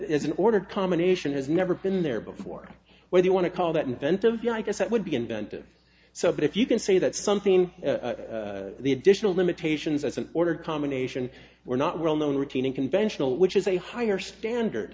there's an ordered combination has never been there before where you want to call that inventive you know i guess that would be inventive so but if you can say that something in the additional limitations as an order combination were not well known routine and conventional which is a higher standard